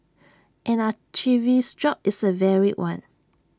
an archivist's job is A varied one